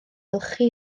olchi